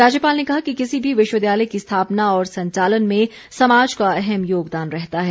राज्यपाल ने कहा कि किसी भी विश्वविद्यालय की स्थापना और संचालन में समाज का अहम योगदान रहता है